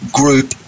group